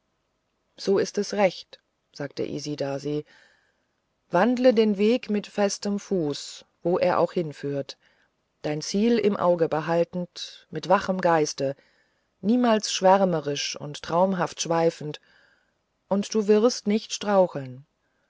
so ist es recht sagte isidasi wandle den weg mit festem fuß wo er auch hinführt dein ziel im auge behaltend mit wachem geiste niemals schwärmerisch und traumhaft schweifend und du wirst nicht straucheln